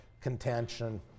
contention